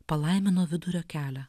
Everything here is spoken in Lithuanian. palaimino vidurio kelią